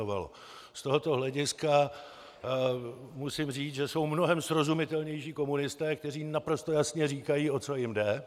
Z tohoto hlediska musím říct, že jsou mnohem srozumitelnější komunisté, kteří naprosto jasně říkají, o co jim jde.